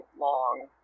long